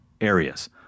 areas